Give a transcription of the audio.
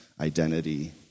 identity